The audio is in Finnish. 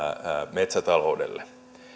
metsätaloudelle